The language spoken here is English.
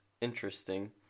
interesting